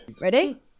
Ready